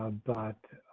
ah but.